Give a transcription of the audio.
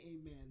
amen